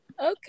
Okay